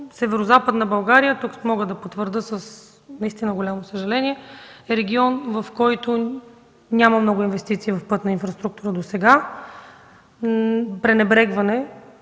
Северозападна България – тук мога да потвърдя с голямо съжаление, е регион, в който няма много инвестиции в пътна инфраструктура досега. Пренебрегван